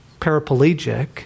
paraplegic